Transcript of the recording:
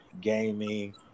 gaming